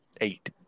eight